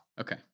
Okay